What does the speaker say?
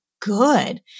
good